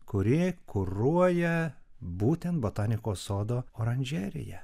kuri kuruoja būtent botanikos sodo oranžeriją